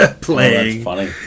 playing